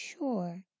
sure